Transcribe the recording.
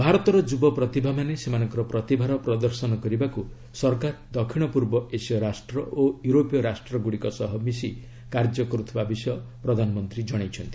ଭାରତର ଯୁବ ପ୍ରତିଭାମାନେ ସେମାନଙ୍କର ପ୍ରତିଭାର ପ୍ରଦର୍ଶନ କରିବାକୁ ସରକାର ଦକ୍ଷିଣ ପୂର୍ବ ଏସୀୟ ରାଷ୍ଟ୍ର ଓ ୟୁରୋପୀୟ ରାଷ୍ଟ୍ରଗୁଡ଼ିକ ସହ ମିଶି କାର୍ଯ୍ୟ କରୁଥିବାର ପ୍ରଧାନମନ୍ତ୍ରୀ ଜଣାଇଛନ୍ତି